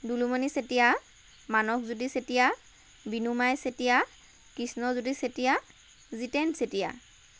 Dulumoni Chetia Manasjyoti Chetia Binyamai Chetia Krishnajyoti Chetia Jiten Chetia